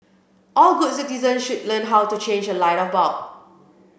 all good citizen should learn how to change a light bulb